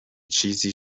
چیزی